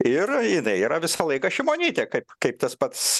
ir jinai yra visą laiką šimonytė kaip kaip tas pats